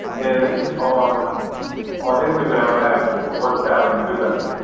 and on on instagram i have one thousand three hundred.